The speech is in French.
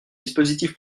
dispositif